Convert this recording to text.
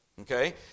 Okay